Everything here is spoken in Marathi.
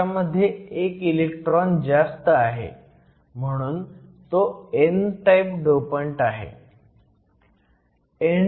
त्याच्यामध्ये एक इलेक्ट्रॉन जास्त आहे म्हणून तो n टाईप डोपंट आहे